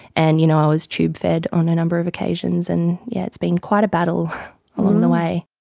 and you know i was tube fed on a number of occasions. and yeah it's been quite a battle along the way.